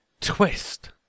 twist